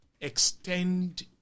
extend